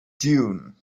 dune